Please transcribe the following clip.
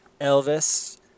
elvis